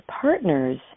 partners